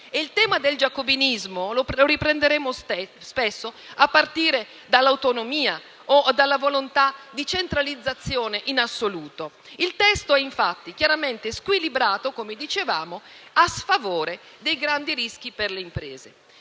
(il tema del giacobinismo lo riprenderemo spesso, a partire dall'autonomia o dalla volontà di centralizzazione in assoluto). Il testo è, infatti, chiaramente squilibrato, come dicevamo, a sfavore dei grandi rischi per le imprese.